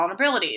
vulnerabilities